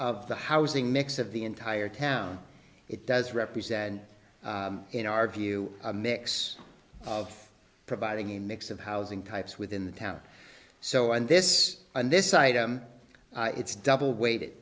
of the housing mix of the entire town it does represent and in our view a mix of providing a mix of housing types within the town so and this and this item it's double weighted